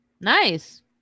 Nice